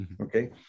Okay